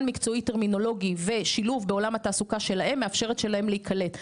מקצועי טרמינולוגי ושילוב בעולם התעסוקה המקצועי גורמת להם להיקלט.